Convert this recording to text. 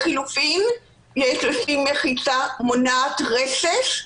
לחילופין יש לשים מחיצה מונעת רסס,